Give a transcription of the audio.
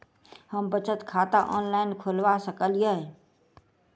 हम बचत खाता ऑनलाइन खोलबा सकलिये?